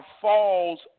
falls